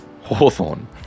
Hawthorne